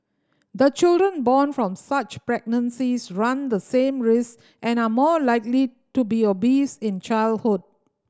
the children born from such pregnancies run the same risk and are more likely to be obese in childhood